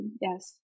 Yes